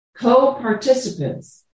co-participants